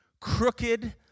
crooked